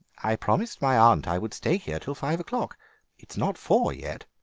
i promised my aunt i would stay here till five o'clock it's not four yet.